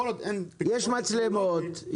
יש מצלמות.